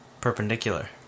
perpendicular